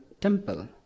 temple